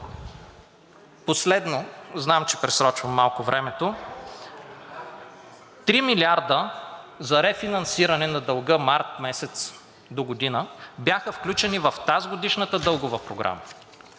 последно, знам че пресрочвам малко времето – три милиарда за рефинансиране на дълга месец март догодина бяха включени в тазгодишната дългова програма.